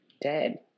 dead